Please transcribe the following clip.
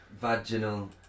vaginal